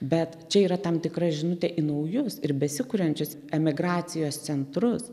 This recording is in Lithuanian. bet čia yra tam tikra žinutė į naujus ir besikuriančius emigracijos centrus